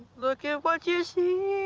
look at what you see